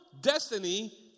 destiny